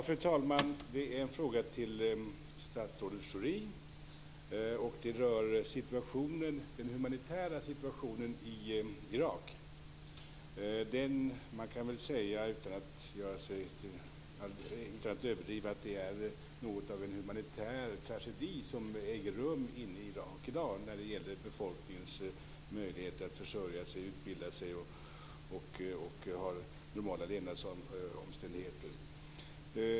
Fru talman! Detta är en fråga till statsrådet Schori. Den rör den humanitära situationen i Irak. Man kan väl utan att överdriva säga att det är något av en humanitär tragedi som äger rum inne i Irak i dag när det gäller befolkningens möjligheter att försörja sig, utbilda sig och ha normala levnadsomständigheter.